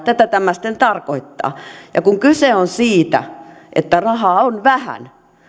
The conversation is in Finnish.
tätä tämä sitten tarkoittaa kun kyse on siitä että rahaa on vähän